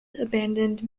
abandoned